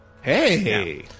Hey